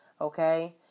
Okay